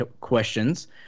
questions